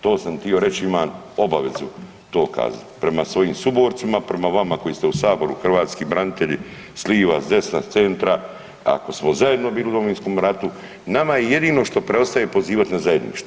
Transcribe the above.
To sam htio reći, imam obavezu to kazati prema svojim suborcima, prema vama koji ste u saboru hrvatski branitelji s liva, s desna, s centra, ako smo zajedno bili u Domovinskom ratu, nama je jedino što preostaje pozivati na zajedništvo.